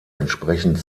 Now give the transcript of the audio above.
entsprechend